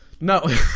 No